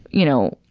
you know